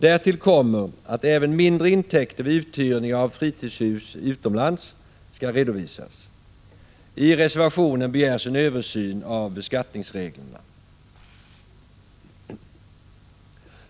Därtill kommer att även mindre intäkter vid uthyrning av fritidshus i utlandet skall redovisas. I reservationen begärs en översyn av beskattningsreglerna.